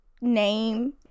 name